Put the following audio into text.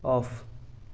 of